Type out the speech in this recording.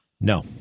No